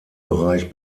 bereich